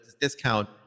discount